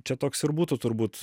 čia toks ir būtų turbūt